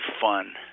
fun